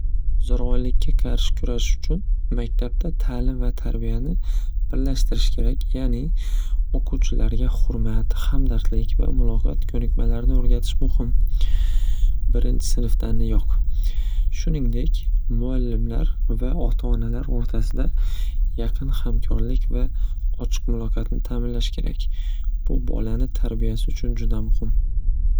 Zo'ravonlikga qarshi kurashish uchun maktabda ta'lim va tarbiyani birlashtirish kerak, ya'ni o'quvchilarga xurmat, hamdardlik va muloqot ko'nikmalarini o'rgatish muhim. Birinchi sinfdanyoq, shuningdek, muallimlar va ota onalar o'rtasida yaqin hamkorlik va ochiq muloqotni ta'minlash kerak. Bu bolani tarbiyasi uchun juda muhim.